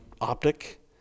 optic